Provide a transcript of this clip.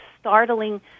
startling